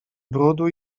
brudu